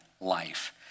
life